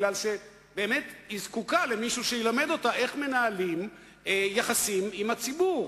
כי באמת היא זקוקה למישהו שילמד אותה איך מנהלים יחסים עם הציבור,